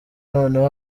noneho